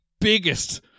biggest